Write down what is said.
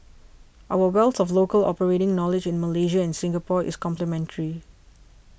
our wealth of local operating knowledge in Malaysia and Singapore is complementary